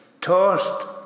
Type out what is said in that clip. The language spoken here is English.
tossed